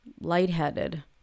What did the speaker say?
lightheaded